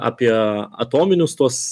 apie atominius tuos